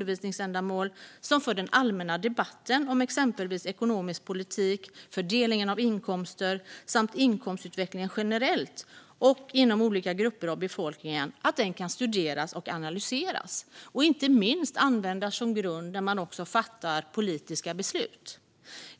Det gäller för såväl forsknings och undervisningsändamål som för den allmänna debatten om exempelvis ekonomisk politik, fördelning av inkomster samt inkomstutveckling generellt och inom olika grupper av befolkningen.